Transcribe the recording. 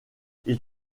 ils